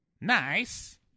Nice